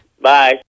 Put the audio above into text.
Bye